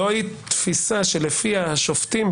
זוהי תפיסה שלפיה השופטים,